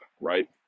right